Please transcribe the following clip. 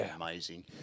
amazing